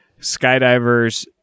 skydivers